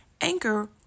Anchor